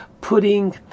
putting